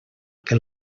que